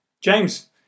James